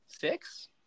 Six